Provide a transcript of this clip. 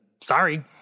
Sorry